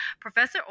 Professor